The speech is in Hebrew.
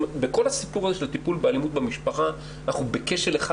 בכל הסיפור של הטיפול באלימות במשפחה אנחנו בכשל אחד